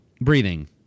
breathing